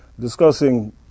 discussing